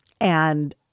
and-